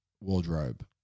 wardrobe